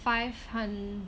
five hun~